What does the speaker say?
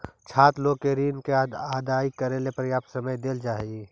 छात्र लोग के ऋण के अदायगी करेला पर्याप्त समय देल जा हई